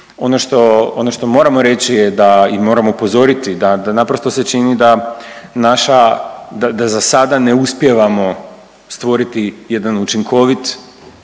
ono što moramo reći je da i moram upozoriti da naprosto se čini da naša, da za sada ne uspijevamo stvoriti jedan učinkovit